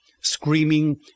screaming